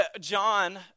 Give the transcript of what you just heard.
John